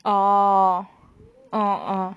orh orh orh